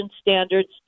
standards